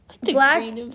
Black